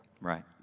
right